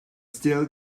still